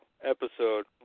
episode